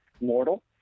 mortal